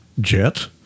Jet